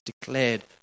declared